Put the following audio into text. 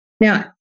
Now